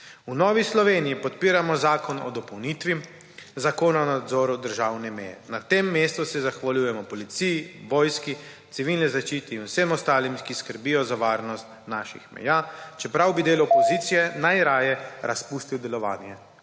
V Novi Sloveniji podpiramo zakon o dopolnitvi Zakona o nadzoru državne meje. Na tem mestu se zahvaljujemo policiji, vojski, civilni zaščiti in vsem ostalim, ki skrbijo za varnost naših meja, čeprav bi del opozicije / znak za konec